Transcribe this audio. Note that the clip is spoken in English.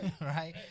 Right